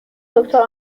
دکتر